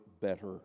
better